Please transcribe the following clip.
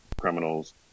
criminals